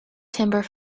timber